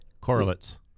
correlates